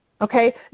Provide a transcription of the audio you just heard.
Okay